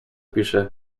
piszę